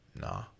Nah